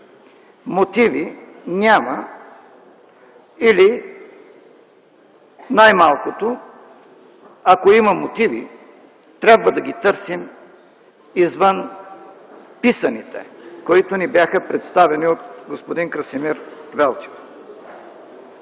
мотиви няма или най-малкото, ако има мотиви, трябва да ги търсим извън писаните, които ни бяха представени от господин Красимир Велчев.